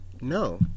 No